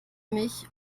mich